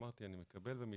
אמרתי שאני מקבל ומתנצל,